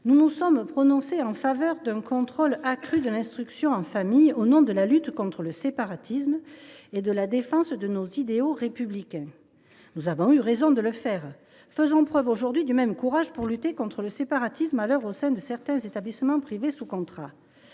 le Sénat s’était prononcé en faveur d’un contrôle accru de l’instruction en famille au nom de la lutte contre le séparatisme et de la défense de nos idéaux républicains. Nous avons eu raison de le faire. Faisons preuve aujourd’hui du même courage pour lutter contre le séparatisme à l’œuvre au sein de certains établissements privés sous contrat